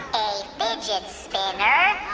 a fidget spinner